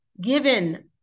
given